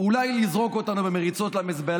אולי יוציא אותנו מחוץ לחוק בקטע של